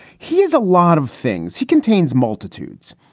he is a lot of things. he contains multitudes.